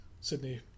Sydney